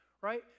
right